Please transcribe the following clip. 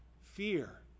fear